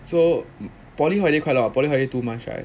so poly holiday quite long poly holiday two months right